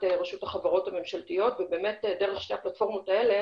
רשות החברות הממשלתיות ודרך שתי הפלטפורמות האלה